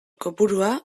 kopurua